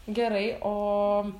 gerai o